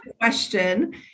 question